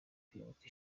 kwibuka